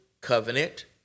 Covenant